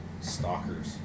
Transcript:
stalkers